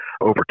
over